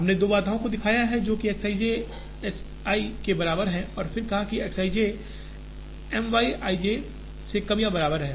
हमने दो बाधाओं को दिखाया है जो कि X i j S i के बराबर है और फिर कहा कि X i j M Y i j से कम या बराबर है